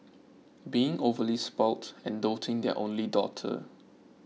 being overly spoilt and doting their only daughter